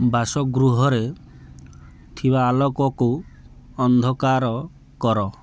ବାସଗୃହରେ ଥିବା ଆଲୋକକୁ ଅନ୍ଧକାର କର